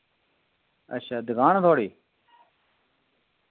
अच्छा दुकान ऐ थुआढ़ी